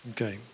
Okay